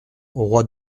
roi